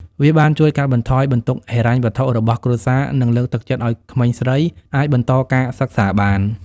វាបានជួយកាត់បន្ថយបន្ទុកហិរញ្ញវត្ថុរបស់គ្រួសារ និងលើកទឹកចិត្តឲ្យក្មេងស្រីអាចបន្តការសិក្សាបាន។